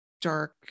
dark